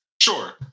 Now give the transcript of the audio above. Sure